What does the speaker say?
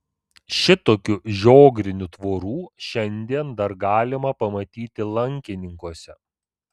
šitokių žiogrinių tvorų šiandien dar galima pamatyti lankininkuose